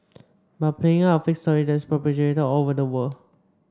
but playing up a fake story that is perpetuated all over the world